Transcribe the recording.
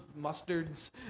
mustards